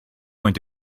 going